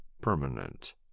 permanent